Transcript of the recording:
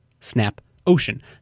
SnapOcean